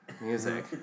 music